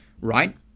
right